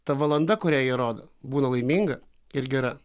ta valanda kurią jie rodo būna laiminga ir gera